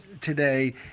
today